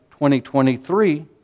2023